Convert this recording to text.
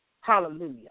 Hallelujah